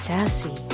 Sassy